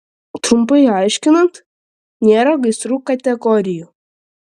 trumpai aiškinant nėra gaisrų kategorijų